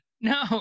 No